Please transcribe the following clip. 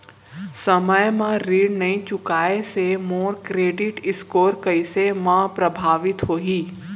समय म ऋण नई चुकोय से मोर क्रेडिट स्कोर कइसे म प्रभावित होही?